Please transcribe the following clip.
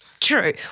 True